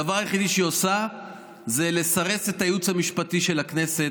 הדבר היחידי שהיא עושה זה לסרס את הייעוץ המשפטי של הכנסת,